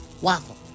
Waffle